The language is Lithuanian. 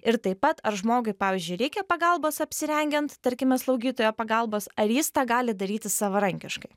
ir taip pat ar žmogui pavyzdžiui reikia pagalbos apsirengiant tarkime slaugytojo pagalbos ar jis tą gali daryti savarankiškai